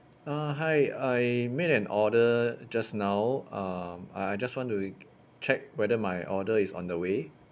uh hi I made an order just now um I I just want to check whether my order is on the way